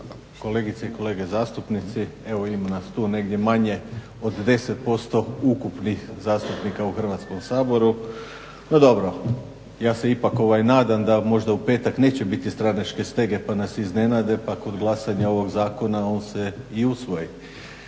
Kolegice i kolege zastupnici, evo ima nas tu negdje manje od 10% ukupnih zastupnika u Hrvatskom saboru. No dobro, ja se ipak nadam da možda u petak neće biti strateške stege pa nas iznenade pa kod glasanja ovog zakona on se i usvoji,